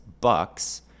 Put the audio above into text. Bucks